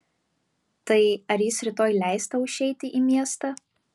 tai ar jis rytoj leis tau išeiti į miestą